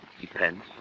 Depends